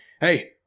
hey